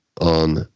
on